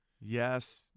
Yes